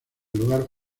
lugar